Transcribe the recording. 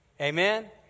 Amen